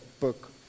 book